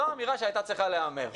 בעיניי זו האמירה שהייתה צריכה להיאמר.